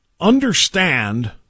understand